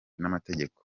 n’amategeko